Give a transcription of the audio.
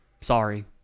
Sorry